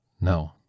No